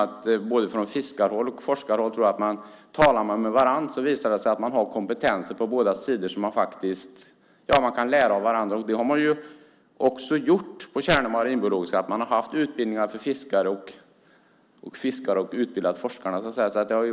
Från både fiskarhåll och forskarhåll har man de facto upptäckt när man talat med varandra att båda sidor har kompetenser så att man kan lära av varandra. Tjärnö marinbiologiska laboratorium har också haft utbildningar för fiskare och fiskare har utbildat forskarna.